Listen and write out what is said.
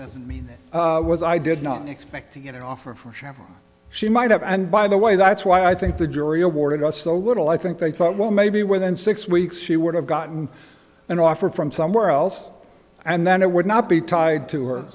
it was i did not expect to get an offer from chevron she might have and by the way that's why i think the jury awarded us a little i think they thought well maybe within six weeks she would have gotten an offer from somewhere else and then it would not be tied to her